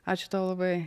ačiū tau labai